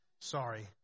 Sorry